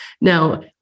Now